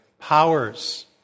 powers